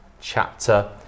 chapter